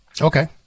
Okay